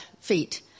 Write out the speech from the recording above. feet